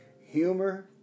humor